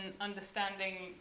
understanding